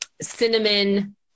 cinnamon